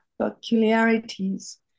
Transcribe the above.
peculiarities